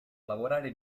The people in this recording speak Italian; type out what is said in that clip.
lavorare